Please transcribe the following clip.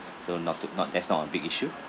so not to not that's not a big issue